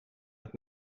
het